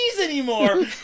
anymore